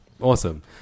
Awesome